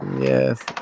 Yes